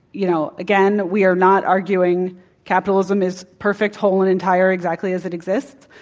you know, again, we are not arguing capitalism is perfect, whole and entire exactly as it exists.